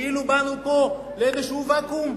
כאילו באנו פה לאיזה ואקום,